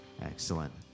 excellent